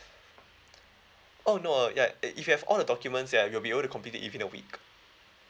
oh no ya if if you have all the documents ya we'll be able to complete it within a week